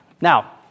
Now